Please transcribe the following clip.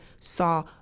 saw